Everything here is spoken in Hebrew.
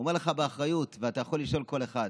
אומר לך באחריות, ואתה יכול לשאול כל אחד: